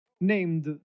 named